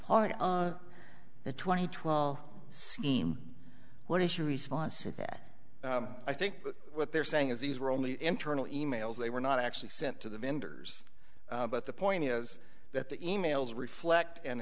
part of the twenty twell scheme what is your response to that i think what they're saying is these were only internal e mails they were not actually sent to the vendors but the point is that the emails reflect an